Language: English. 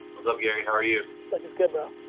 what's up, gary, how are you? life is good, bro.